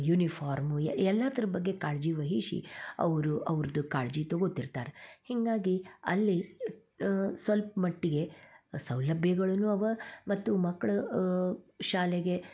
uniform ಎಲ್ಲಾದ್ರ ಬಗ್ಗೆ ಕಾಳಜಿ ವಹಿಸಿ ಅವರು ಅವ್ರದ್ದು ಕಾಳಜಿ ತಗೋತಿರ್ತಾರೆ ಹೀಗಾಗಿ ಅಲ್ಲಿ ಸೊಲ್ಪ ಮಟ್ಟಿಗೆ ಸೌಲಭ್ಯಗಳೂ ಅವ ಮತ್ತು ಮಕ್ಕಳು ಶಾಲೆಗೆ